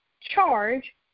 charge